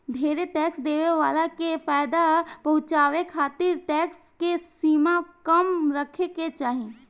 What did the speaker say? ढेरे टैक्स देवे वाला के फायदा पहुचावे खातिर टैक्स के सीमा कम रखे के चाहीं